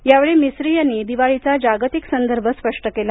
या वेळी मिसरी यांनी दिवाळीचा जागतिक संदर्भ स्पष्ट केला